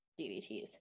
DVTs